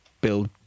build